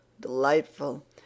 Delightful